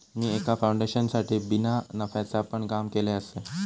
मी एका फाउंडेशनसाठी बिना नफ्याचा पण काम केलय आसय